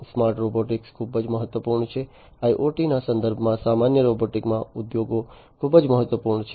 smart robotics ખૂબ જ મહત્વપૂર્ણ છે IIoTના સંદર્ભમાં સામાન્ય રોબોટિક્સ માં ઉદ્યોગો ખૂબ જ મહત્વપૂર્ણ છે